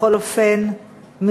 בכל אופן,